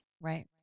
right